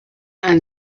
and